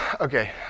okay